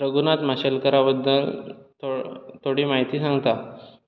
रघूनाथ माशेलकरा बद्दल थोडी म्हायती सांगता